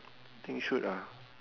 think should ah